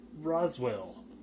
Roswell